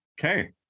Okay